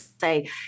say